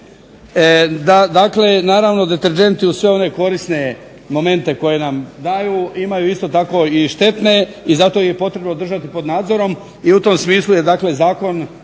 Dakle, naravno deterdženti uz sve one korisne momente koje nam daju imaju isto tako i štetne i zato ih je potrebno držati pod nadzorom i u tom smislu je, dakle